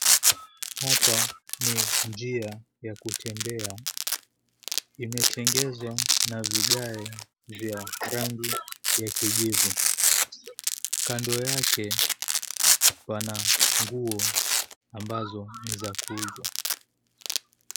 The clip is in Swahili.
Hapa ni njia ya kutembea. Imetengenezwa na vigae vya rangi ya kijivu. Kando yake pana nguo ambazo ni za kuuzwa.